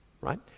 right